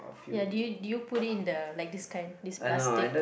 ya do you do you put it in the like this kind this plastic